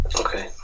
Okay